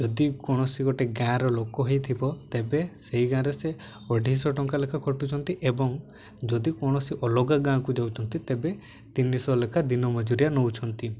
ଯଦି କୌଣସି ଗୋଟେ ଗାଁର ଲୋକ ହେଇଥିବ ତେବେ ସେହି ଗାଁରେ ସେ ଅଢ଼େଇଶ ଟଙ୍କା ଲେଖା ଖଟୁଛନ୍ତି ଏବଂ ଯଦି କୌଣସି ଅଲଗା ଗାଁକୁ ଯାଉଛନ୍ତି ତେବେ ତିନିଶହ ଲେଖାଁ ଦିନ ମଜୁରିଆ ନେଉଛନ୍ତି